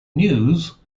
news